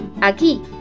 Aquí